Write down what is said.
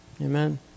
Amen